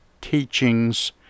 teachings